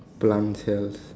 plant cells